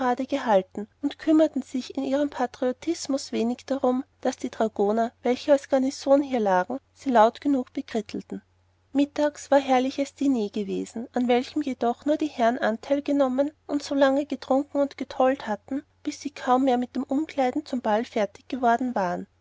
gehalten und kümmerten sich in ihrem patriotismus wenig darum daß die dragoner welche als garnison hier lagen sie laut genug bekrittelten mittags war herrliches diner gewesen an welchem jedoch nur die herren anteil genommen und solange getrunken und getollt hatten bis sie kaum mehr mit dem umkleiden zum ball fertig geworden waren